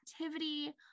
activity